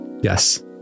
yes